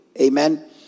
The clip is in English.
Amen